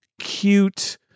cute